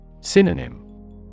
Synonym